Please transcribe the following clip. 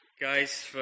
guys